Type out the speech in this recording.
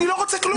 אני לא רוצה כלום.